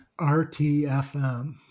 RTFM